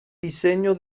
diseño